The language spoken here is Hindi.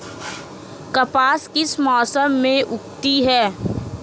कपास किस मौसम में उगती है?